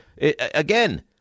again